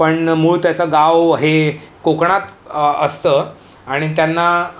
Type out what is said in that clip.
पण मूळ त्याचं गाव हे कोकणात असतं आणि त्यांना